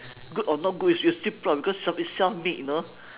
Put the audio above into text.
good or not good you you are still proud because self it's self made you know